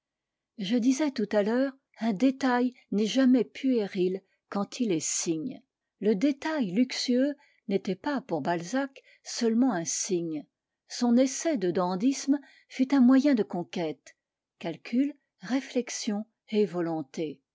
je disais tout à l'heure un détail n'est jamais puéril quand il est signe le détail luxueux n'était pas pour balzac seulement un signe son essai de dandysme fut un moyen de conquête calcul réflexion et volonté